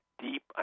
deep